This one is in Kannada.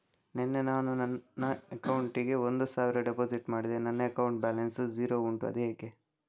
ನಿನ್ನೆ ನಾನು ನನ್ನ ಅಕೌಂಟಿಗೆ ಒಂದು ಸಾವಿರ ಡೆಪೋಸಿಟ್ ಮಾಡಿದೆ ನನ್ನ ಅಕೌಂಟ್ ಬ್ಯಾಲೆನ್ಸ್ ಝೀರೋ ಉಂಟು ಅದು ಹೇಗೆ?